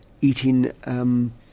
Eating